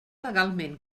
legalment